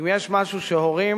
אם יש משהו שהורים